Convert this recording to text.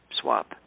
swap